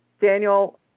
Daniel